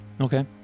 Okay